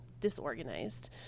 disorganized